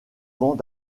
souvent